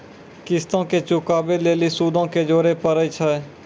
किश्तो के चुकाबै लेली सूदो के जोड़े परै छै